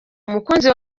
umukunzi